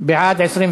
יחימוביץ.